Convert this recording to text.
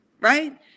right